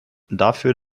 dafür